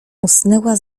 usnęła